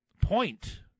point